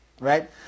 Right